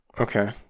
Okay